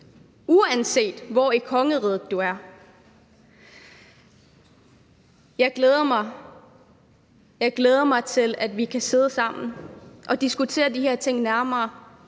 uanset hvor i kongeriget det er. Jeg glæder mig til, at vi kan sidde sammen og diskutere de her ting nærmere,